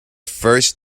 first